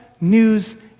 news